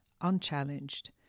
unchallenged